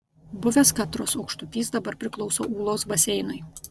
buvęs katros aukštupys dabar priklauso ūlos baseinui